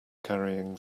carrying